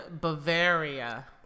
Bavaria